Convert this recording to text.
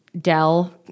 Dell